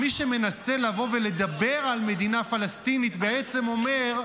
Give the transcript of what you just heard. מי שמנסה לבוא ולדבר על מדינה פלסטינית בעצם אומר: